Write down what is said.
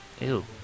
Ew